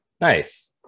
nice